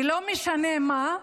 ולא משנה מה,